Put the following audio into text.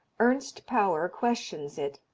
ernst pauer questions it.